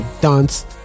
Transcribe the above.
dance